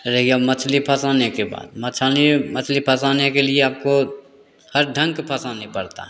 रह गया मछली फँसाने के बाद मछली मछ्ली फँसाने के लिए आपको हर ढंग फँसने पड़ता है